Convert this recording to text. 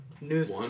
news